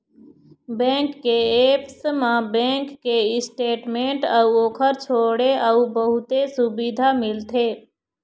bank के apps म bank के स्टेटमेंट अउ ओखर छोड़े अउ बहुते सुबिधा मिलथे